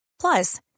Plus